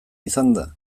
izanda